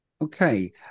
Okay